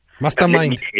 Mastermind